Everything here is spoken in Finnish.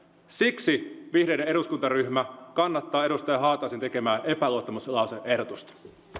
siksi vihreiden eduskuntaryhmä kannattaa edustaja haataisen tekemää epäluottamuslause ehdotusta